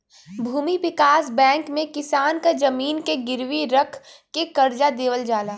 भूमि विकास बैंक में किसान क जमीन के गिरवी रख के करजा देवल जाला